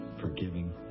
forgiving